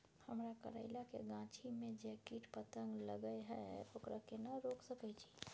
हमरा करैला के गाछी में जै कीट पतंग लगे हैं ओकरा केना रोक सके छी?